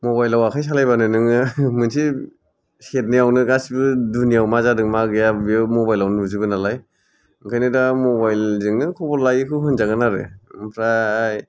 मबाइलाव आखाय सालायबानो नोङो मोनसे सेरानायावनो गासिबो दुनियायाव मा जादों मा गैया बे मबाइलावनो नुजोबो नालाय ओंखायनो दा मबाइल जोंनो खबर लायोखौ होनजागोन आरो ओमफ्राय